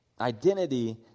Identity